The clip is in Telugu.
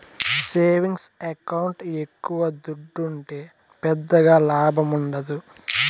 సేవింగ్స్ ఎకౌంట్ల ఎక్కవ దుడ్డుంటే పెద్దగా లాభముండదు